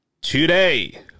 today